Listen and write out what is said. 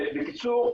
בקיצור,